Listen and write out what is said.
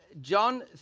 John